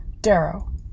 Darrow